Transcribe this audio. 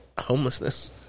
homelessness